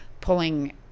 pulling